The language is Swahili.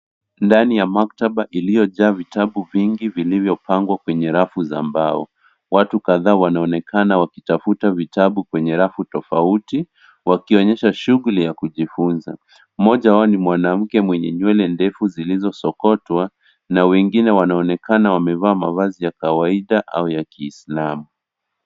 Ndani ya maktaba iliyojaa vitabu vingi vilivyopangwa kwenye rafu za mbao. Watu kadhaa wanaonekana wakitafuta vitabu kwenye rafu tofauti wakionyesha shughuli ya kujifunza. Mmoja wao ni mwanamke mwenye nywele ndefu zilizosokotwa na wengine wanaonekana wamevaa mavazi ya kawaida au ya kiislamu.